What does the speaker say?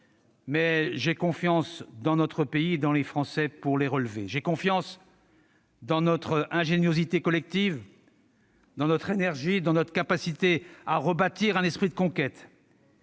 mais j'ai confiance dans notre pays et dans les Français pour les relever. J'ai confiance dans notre ingéniosité collective, dans notre énergie, dans notre capacité à rebâtir un esprit de conquête.